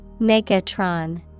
Megatron